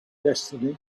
destiny